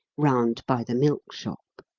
round by the milk-shop.